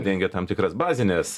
dengia tam tikras bazines